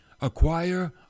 Acquire